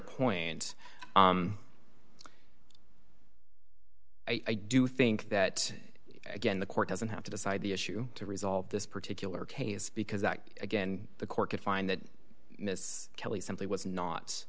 point i do think that again the court doesn't have to decide the issue to resolve this particular case because that again the court could find that miss kelly simply was not